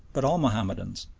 but all mahomedans.